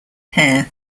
hair